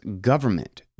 government